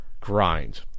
grind